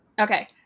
Okay